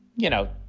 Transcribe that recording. you know,